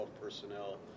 personnel